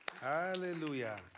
Hallelujah